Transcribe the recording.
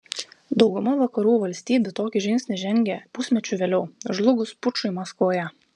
dauguma vakarų valstybių tokį žingsnį žengė pusmečiu vėliau žlugus pučui maskvoje